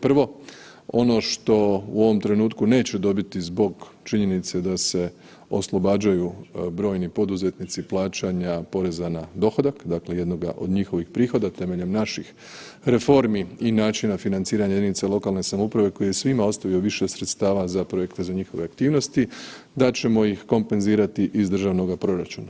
Prvo ono što u ovom trenutku neće dobiti zbog činjenice da se oslobađaju brojni poduzetnici poreza na dohodak, dakle jednoga od njihovih prihoda temeljem naših reformi i načina financiranja jedinica lokalne samouprave koji je svima ostavio više sredstava za projekte za njihove aktivnosti, da ćemo ih kompenzirati iz državnoga proračuna.